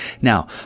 Now